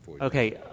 okay